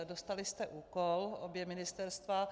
Dostali jste úkol obě ministerstva.